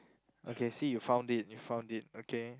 okay see you found it you found it okay